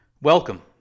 Welcome